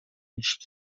each